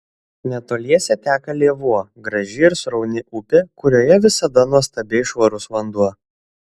netoliese teka lėvuo graži ir srauni upė kurioje visada nuostabiai švarus vanduo